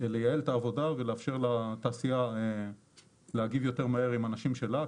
לייעל את העבודה ולאפשר לתעשייה להגיב יותר מהר עם אנשים שלה.